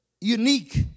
unique